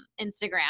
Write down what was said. Instagram